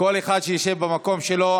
כל אחד שישב במקום שלו.